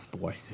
boy